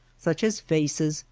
such as faces,